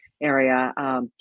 area